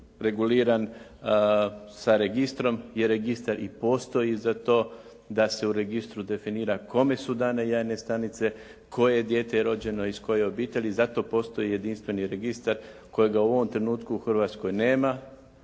reguliran sa registrom jer registar i postoji za to da se u registru definira kome su dane jajne stanice, koje dijete je rođeno iz koje obitelji. Zato postoji jedinstveni registar kojega u ovom trenutku u Hrvatskoj nema